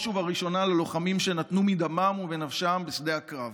ובראשונה ללוחמים שנתנו מדמם ומנפשם בשדה הקרב,